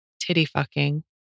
titty-fucking